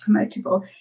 promotable